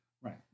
Right